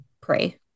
pray